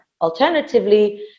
alternatively